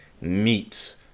meat